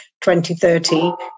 2030